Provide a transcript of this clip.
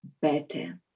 better